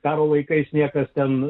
karo laikais niekas ten